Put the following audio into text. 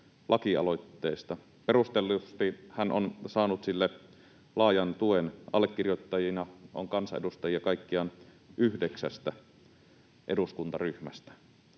Perustellusti hän on saanut sille laajan tuen. Allekirjoittajina on kansanedustajia kaikkiaan yhdeksästä eduskuntaryhmästä.